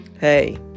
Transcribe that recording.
hey